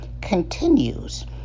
continues